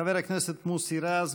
חבר הכנסת מוסי רז,